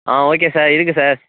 ஆ okay sir இருக்குது sir